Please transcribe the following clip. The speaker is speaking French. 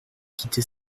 quitter